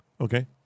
Okay